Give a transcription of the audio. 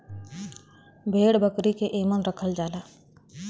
भेड़ बकरी के एमन रखल जाला